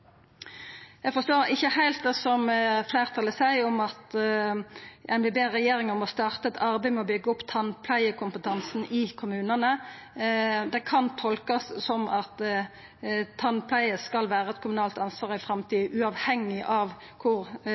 Eg forstår ikkje heilt kva fleirtalet seier når dei ber regjeringa starta eit arbeid med å byggja opp tannpleiarkompetansen i kommunane. Det kan tolkast som at tannpleie skal vera eit kommunalt ansvar i framtida, uavhengig av